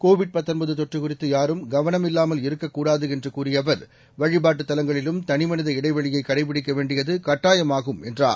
Covid தொற்றுகுறித்துயாரும் கவனமில்லாமல் இருக்கக் கூடாதுஎன்றுகூறியஅவர் வழிபாட்டுத் தலங்களிலும் தனிமனித இடைவெளியைகடை பிடிக்கவேண்டியதுகட்டாயமாகும் என்றார்